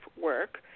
work